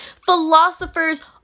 philosophers